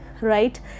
right